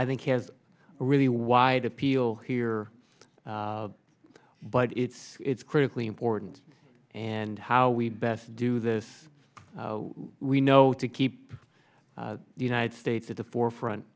i think has a really wide appeal here but it's it's critically important and how we best do this we know to keep the united states at the forefront